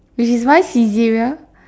which is why Saizeriya